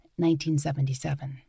1977